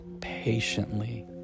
patiently